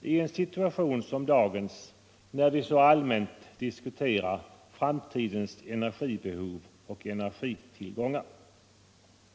i en situation som dagens, när vi allmänt diskuterar framtidens energibehov och energitillgångar.